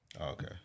Okay